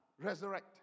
resurrect